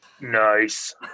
Nice